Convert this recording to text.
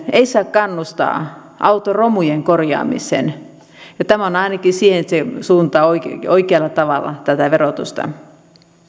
ei saa kannustaa autoromujen korjaamiseen ja tämä vie ainakin siihen siihen suuntaan oikealla tavalla tätä verotusta